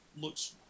looks